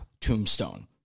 tombstone